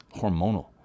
hormonal